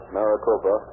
Maricopa